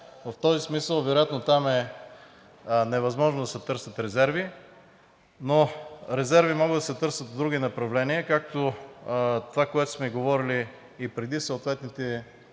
В този смисъл вероятно там е невъзможно да се търсят резерви, но резерви могат да се търсят в други направления, както това, което сме говорили и преди – съответните